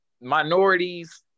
minorities